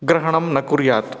ग्रहणं न कुर्यात्